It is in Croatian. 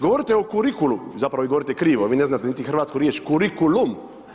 Govorite o korikulu, zapravo vi govorite krivo, vi ne znate niti hrvatsku riječ kurikulum.